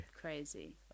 Crazy